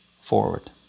forward